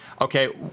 Okay